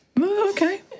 Okay